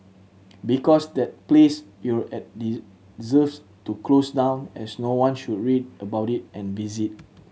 because that place you're at deserves to close down as no one should read about it and visit